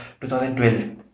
2012